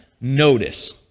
notice